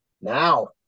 Now